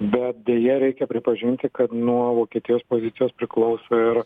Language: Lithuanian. bet deja reikia pripažinti kad nuo vokietijos pozicijos priklauso ir